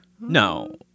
No